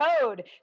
code